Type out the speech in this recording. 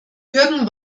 jürgen